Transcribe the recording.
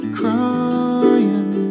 crying